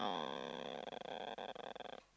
um